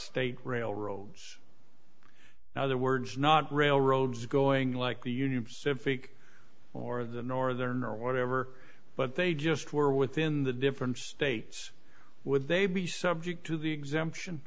eight railroads now the words not railroads going like the union pacific or the northern or whatever but they just were within the different states would they be subject to the exemption